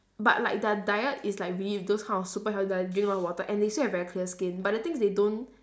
but like their diet is like really those kind of super healthy diet drink a lot of water and they still have very clear skin but the thing is they don't